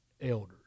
elders